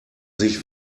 sich